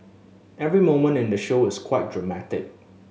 every moment in the show is quite dramatic